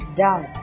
down